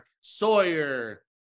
Sawyer